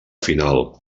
final